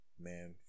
man